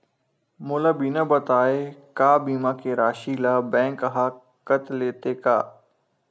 मोला बिना बताय का बीमा के राशि ला बैंक हा कत लेते का?